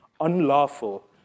unlawful